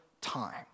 time